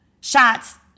shots